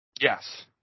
Yes